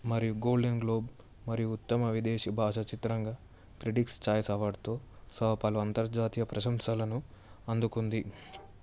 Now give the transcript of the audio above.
మరియు golden globe మరియు ఉత్తమ విదేశీ భాషా చిత్రంగా క్రిటిక్స్ ఛాయిస్ అవార్డ్తో పాటు పలు అంతర్జాతీయ ప్రశంసలను అందుకుంది